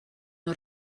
nhw